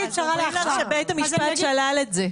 בית המשפט שלל את זה.